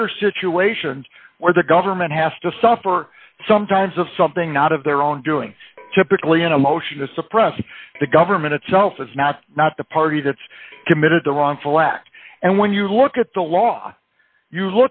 other situations where the government has to suffer sometimes of something out of their own doing typically in a motion to suppress the government itself is not not the party that's committed the wrongful act and when you look at the law you